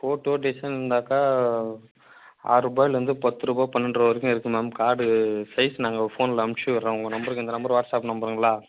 photo design இருந்தாக்கா ஆறுரூபாயிலேருந்து பத்து ரூபா பன்னெண்டு ரூபா வரைக்கும் இருக்குது மேம் கார்டு சைஸ் நாங்கள் ஃபோனில் அனுப்ச்சு விடறோம் உங்கள் நம்பருக்கு இந்த நம்பர் வாட்ஸ்அப் நம்பருங்களா